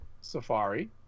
safari